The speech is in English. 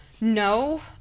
No